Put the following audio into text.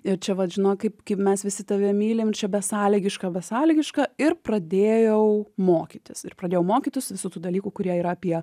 ir čia vat žinok kaip kaip mes visi tave mylim čia besąlygiška besąlygiška ir pradėjau mokytis ir pradėjau mokytis visų tų dalykų kurie yra apie